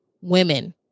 women